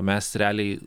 mes realiai